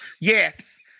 Yes